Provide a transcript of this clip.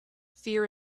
fear